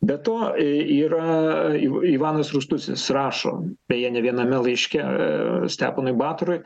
be to yra iv ivanas rūstusis rašo beje ne viename laiške steponui batorui